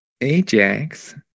Ajax